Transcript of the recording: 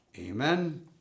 amen